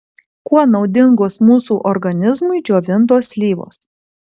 kuo naudingos mūsų organizmui džiovintos slyvos